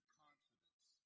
confidence